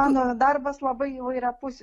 mano darbas labai įvairiapusis